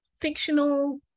fictional